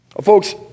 Folks